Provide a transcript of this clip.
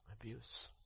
Abuse